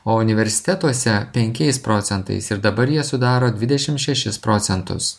o universitetuose penkiais procentais ir dabar jie sudaro dvidešim šešis procentus